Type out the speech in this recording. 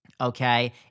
Okay